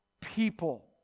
people